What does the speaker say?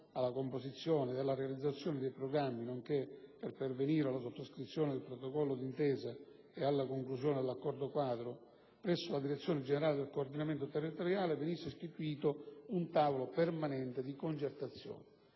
alla composizione ed alla realizzazione dei programmi, nonché per pervenire alla sottoscrizione del protocollo d'intesa e alla conclusione dell'accordo-quadro, presso la direzione generale del coordinamento territoriale venisse istituito un tavolo permanente di concertazione,